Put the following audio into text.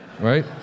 right